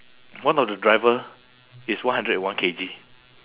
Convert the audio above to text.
one of the driver is one hundred and one K_G